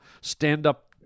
stand-up